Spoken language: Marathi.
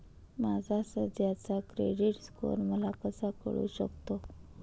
माझा सध्याचा क्रेडिट स्कोअर मला कसा कळू शकतो?